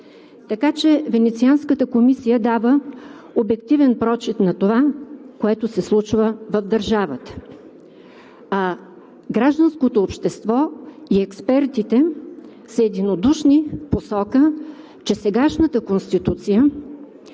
Венецианската комисия дава обективен прочит на това, което се случва в държавата. А гражданското общество и експертите са единодушни в посока, че сегашната Конституция